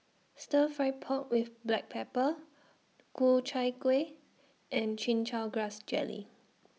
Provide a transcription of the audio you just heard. Stir Fry Pork with Black Pepper Ku Chai Kuih and Chin Chow Grass Jelly